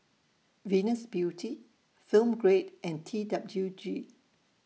Venus Beauty Film Grade and T W G